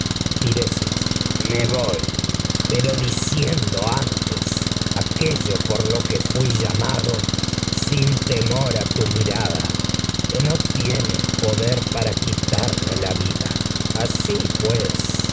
lo me voy pero diciendo antes aquello pol a que fui llamado sin temor tu mirada que no tie nes poder para quitarme la vida asi pues